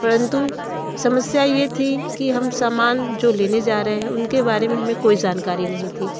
परन्तु समस्या यह थी कि हम समान जो लेने जा रहे हैं उनके बारे में हमें कोई जानकारी नहीं थी